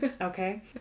okay